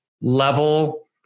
level